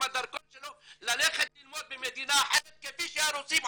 הדרכון שלו ללכת ללמוד במדינה אחרת כפי שהרוסים עושים".